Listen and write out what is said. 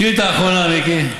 שאילתה אחרונה, מיקי.